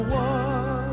one